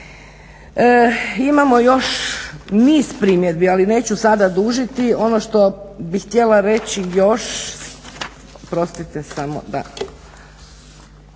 Imamo još niz primjedbi, ali neću sada dužiti. Ono što bih htjela reći još recimo članak 37.